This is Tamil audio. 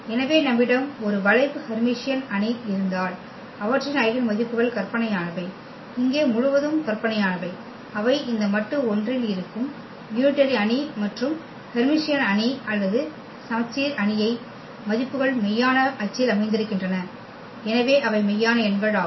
எனவே நம்மிடம் ஒரு வளைவு ஹெர்மிசியன் அணி இருந்தால் அவற்றின் ஐகென் மதிப்புகள் கற்பனையானவை இங்கே முழுவதும் கற்பனையானவை அவை இந்த மட்டு 1 இல் இருக்கும் யூனிடரி அணி மற்றும் ஹெர்மிசியன் அணி அல்லது சமச்சீர் அணியிற்கான மதிப்புகள் மெய்யான அச்சில் அமர்ந்திருக்கின்றன எனவே அவை மெய்யான எண்கள் ஆகும்